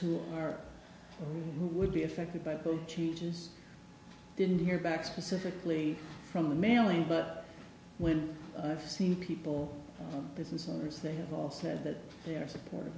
who are who would be affected by the changes didn't hear back specifically from the mailing but when i've seen people business owners they have all said that they are supporting